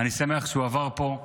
אני שמח שהוא עבר פה.